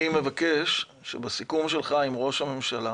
אני מבקש שבסיכום שלך עם ראש הממשלה